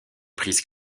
prise